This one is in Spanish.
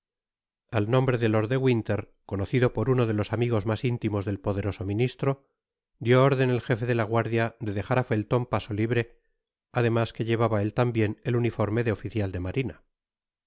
al nombre de lord de winter conocido por uno de los amigos mas intimos del poderoso ministro dió órden el jefe de la guardia de dejar á felton paso libre además que llevaba él tambien el uniforme de oficial de marina